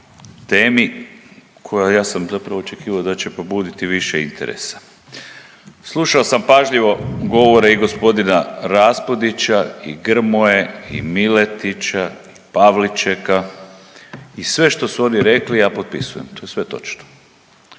temi koja ja sam zapravo očekivao da će pobuditi više interesa. Slušao sam pažljivo govore i gospodina Raspudića i Grmoje i Miletića i Pavličeka i sve što su oni rekli ja potpisuje. To je sve točno,